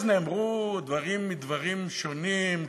אז נאמרו דברים מדברים שונים,